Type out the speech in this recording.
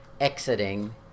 exiting